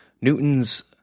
newton's